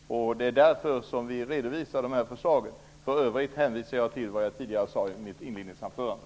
Det är därför som vi redovisar de här förslagen. I övrigt hänvisar jag till det jag tidigare sade i mitt inledningsanförande.